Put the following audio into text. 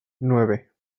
nueve